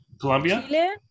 Colombia